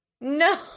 No